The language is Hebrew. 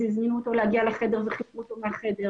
הזמינו אותו להגיע לחדר וחיברו אותו מהחדר,